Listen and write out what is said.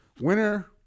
Winner